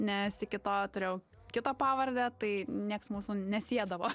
nes iki to turėjau kitą pavardę tai nieks mūsų nesiedavo